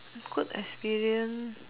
I could experience